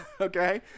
okay